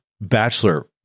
bachelor